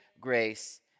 grace